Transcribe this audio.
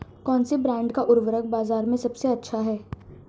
कौनसे ब्रांड का उर्वरक बाज़ार में सबसे अच्छा हैं?